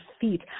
feet